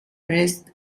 rest